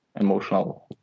emotional